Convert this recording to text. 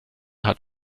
hat